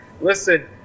Listen